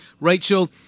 Rachel